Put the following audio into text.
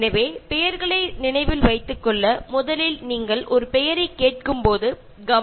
ഒരു പേര് ഓർത്തിരിക്കുന്നതിന് നിങ്ങൾ ആദ്യം അത് കേൾക്കുമ്പോൾ തന്നെ ശ്രദ്ധിച്ചു കേൾക്കണം എന്നതാണ്